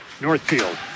Northfield